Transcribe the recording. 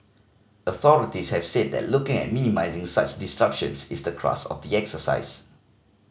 authorities have said that looking at minimising such disruptions is the crux of the exercise